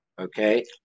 okay